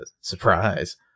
surprise